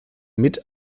mit